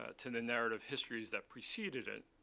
ah to the narrative histories that preceded it,